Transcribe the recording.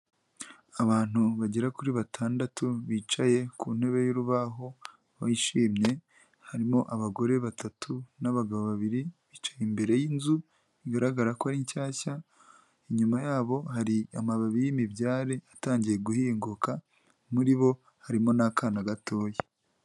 Abantu bagera kuri batandatu bicaye ku ntebe y'urubaho, bishimye harimo abagore batatu n'abagabo babiri bicaye imbere y'inzu igaragara ko ari nshyashya, inyuma y'abo hari amababi y'imibyare atangiye guhinguka muri bo harimo n'akana gatoya.